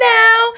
now